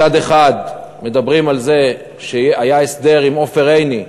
מצד אחד מדברים על זה שהיה הסדר עם עופר עיני,